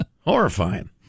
Horrifying